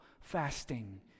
fasting